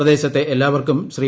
പ്രദേശത്തെ എല്ലാവർക്കും ശ്രീ